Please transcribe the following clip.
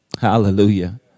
Hallelujah